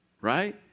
right